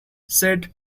said